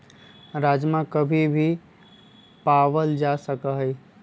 राजमा कभी भी पावल जा सका हई